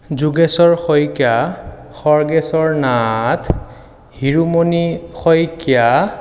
Jogeshwar Saikia Khageshwar Nath Hiromoni Saikia